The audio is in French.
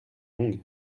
longue